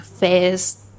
face